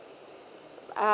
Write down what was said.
uh